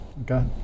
Okay